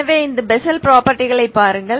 எனவே இந்த பெசல் ப்ரொபர்ட்டிகளைப் பாருங்கள்